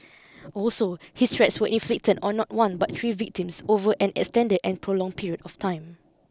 also his threats were inflicted on not one but three victims over an extended and prolonged period of time